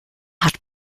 hat